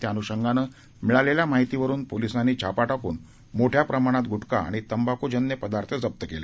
त्या अनुषंगानं मिळालेल्या माहितीवरून पोलिसांनी छापा टाकून मोठ्या प्रमाणात गुटखा आणि तंबाखूजन्य पदार्थजप्त केले